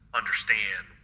understand